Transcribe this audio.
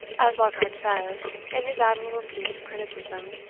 as lockhart says, in his admirable piece of criticism,